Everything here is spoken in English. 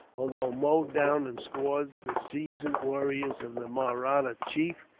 although mowed down in scores, the seasoned warriors of the mahratta chief,